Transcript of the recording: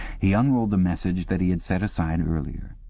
he unrolled the message that he had set aside earlier.